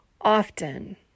often